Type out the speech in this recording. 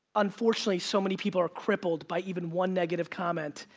unfortunately, so many people are crippled by even one negative comment.